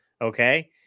okay